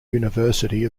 university